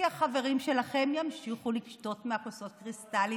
כי החברים שלכם ימשיכו לשתות מכוסות הקריסטל.